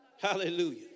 Hallelujah